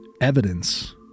evidence